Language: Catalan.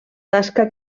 tasca